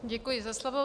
Děkuji za slovo.